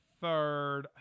third